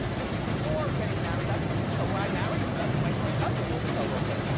this is before getting married. i've dated co, or i married my first husband was a coworker.